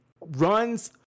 runs